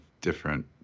different